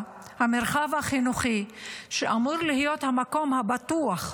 המרחב החינוכי שאמור להיות המקום הבטוח,